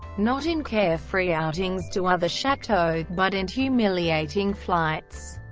not in carefree outings to other chateaux, but in humiliating flights.